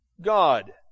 God